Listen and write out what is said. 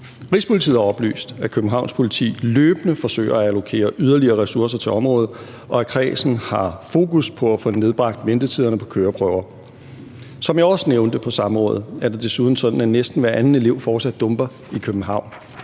Rigspolitiet har oplyst, at Københavns Politi løbende forsøger at allokere yderligere ressourcer til området, og at kredsen har fokus på at få nedbragt ventetiderne på køreprøver. Som jeg også nævnte på samrådet, er det desuden sådan, at næsten hver anden elev fortsat dumper i København,